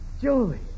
Julie